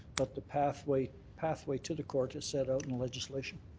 but the pathway pathway to the court is set out in legislation.